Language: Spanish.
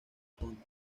fondo